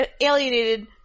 alienated